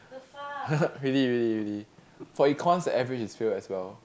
really really really for Econs every is fail as well